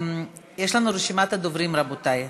יש לנו רשימת דוברים, רבותי.